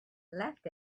left